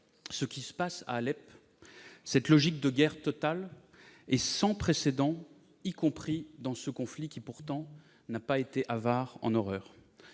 Ce qui se passe à Alep, cette logique de guerre totale, est sans précédent, y compris dans ce conflit qui, pourtant, n'a pas été avare d'horreurs.